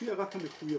תופיע רק המחויבות